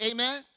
Amen